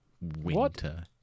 Winter